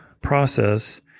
process